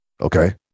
okay